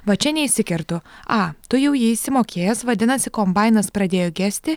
va čia neįsikertu a tu jau jį išsimokėjęs vadinasi kombainas pradėjo gesti